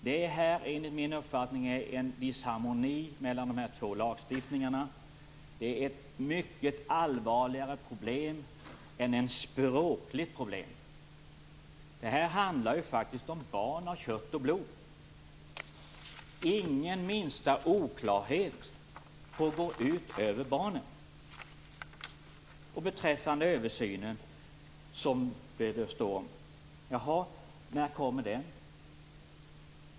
Det råder en disharmoni mellan de två lagstiftningarna. Det är ett mycket allvarligare problem än ett språkligt problem. Det handlar om barn av kött och blod. Ingen minsta oklarhet får gå ut över barnen. Sedan var det översynen. När kommer den?